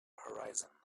horizon